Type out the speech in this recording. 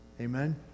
Amen